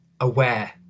aware